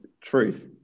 Truth